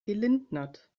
gelindnert